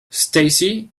stacey